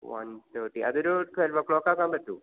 one thirty അതൊരു twelve o'clock ആക്കാൻ പറ്റുമോ